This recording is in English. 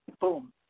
Boom